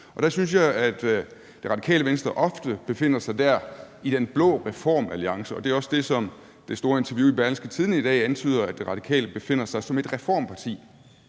Der synes jeg, at Det Radikale Venstre ofte befinder sig i den blå reformalliance, og det er også det, som det store interview i Berlingske Tidende i dag antyder, nemlig at Det Radikale Venstre befinder sig der som et reformparti.